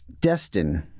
Destin